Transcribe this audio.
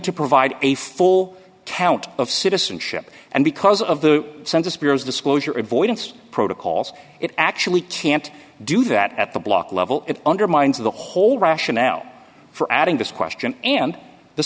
to provide a full account of citizenship and because of the census bureau's disclosure avoidance protocols it actually can't do that at the block level it undermines the whole rationale for adding this question and the